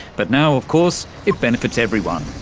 but now of course it benefits everyone.